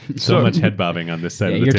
so much head-bobbing on this side yeah